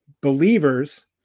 believers